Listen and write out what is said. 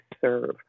serve